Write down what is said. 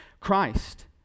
Christ